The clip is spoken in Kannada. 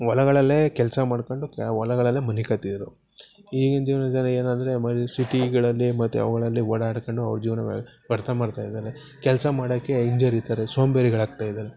ಹೊಲಗಳಲ್ಲೇ ಕೆಲಸ ಮಾಡ್ಕೊಂಡು ಹೊಲಗಳಲ್ಲೆ ಮಲಿಕತಿದ್ರು ಈಗಿನ ಜೀವನ ಜನ ಏನಂದರೆ ಬರೀ ಸಿಟಿಗಳಲ್ಲಿ ಮತ್ತು ಅವುಗಳಲ್ಲಿ ಓಡಾಡ್ಕೊಂಡು ಅವ್ರು ಜೀವನವೆ ವ್ಯರ್ಥ ಮಾಡ್ತಾ ಇದ್ದಾರೆ ಕೆಲಸ ಮಾಡೋಕೆ ಹಿಂಜರಿತಾರೆ ಸೋಂಬೇರಿಗಳು ಆಗ್ತಾ ಇದ್ದಾರೆ